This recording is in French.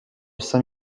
saint